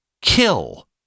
kill